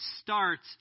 starts